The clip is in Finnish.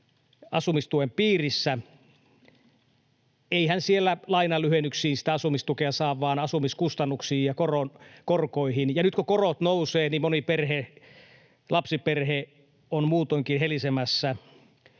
asumistuen piirissä. Eihän siellä lainanlyhennyksiin sitä asumistukea saa vaan asumiskustannuksiin ja korkoihin, ja nyt kun korot nousevat, niin moni lapsiperhe on muutoinkin helisemässä